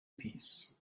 peace